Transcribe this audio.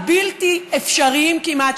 הבלתי-אפשריים כמעט,